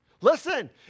Listen